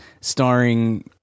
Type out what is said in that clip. starring